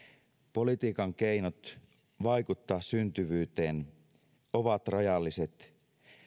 politiikan keinot vaikuttaa syntyvyyteen ovat rajalliset